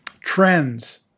trends